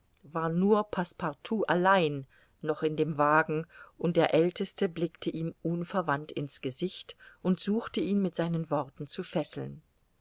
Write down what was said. war nur passepartout allein noch in dem wagen und der aelteste blickte ihm unverwandt in's gesicht und suchte ihn mit seinen worten zu fesseln